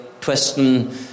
twisting